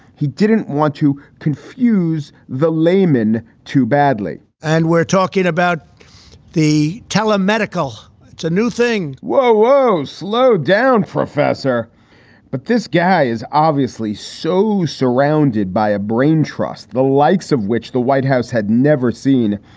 he didn't want to confuse the layman too badly and we're talking about the tela medical. it's a new thing. whoa, whoa, slow down, professor but this guy is obviously so surrounded by a brain trust, the likes of which the white house had never seen.